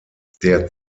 der